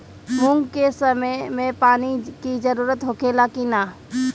मूंग के समय मे पानी के जरूरत होखे ला कि ना?